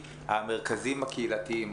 המרכזים הקהילתיים,